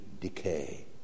decay